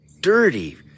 Dirty